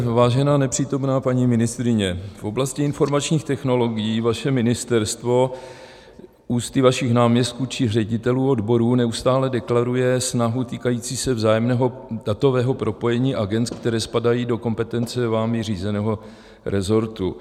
Vážená nepřítomná paní ministryně, v oblasti informačních technologií vaše ministerstvo ústy vašich náměstků či ředitelů odborů neustále deklaruje snahu týkající se vzájemného datového propojení agend, které spadají do kompetence vámi řízeného rezortu.